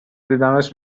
دیدمش